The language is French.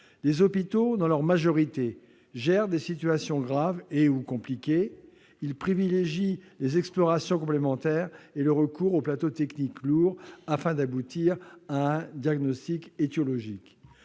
des hôpitaux gère des situations graves ou compliquées, ils privilégient les explorations complémentaires et le recours aux plateaux techniques lourds afin d'aboutir à un diagnostic étiologique.